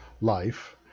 life